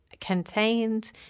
contained